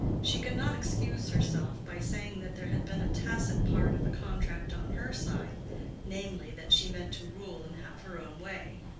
she could not excuse herself by saying that there had been a tacit part of the contract on her side namely, that she meant to rule and have her own way.